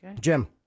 Jim